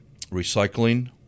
recycling